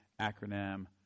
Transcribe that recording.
acronym